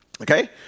okay